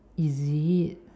is it